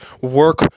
work